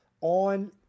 on